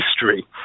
history